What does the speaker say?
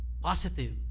Positive